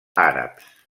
àrabs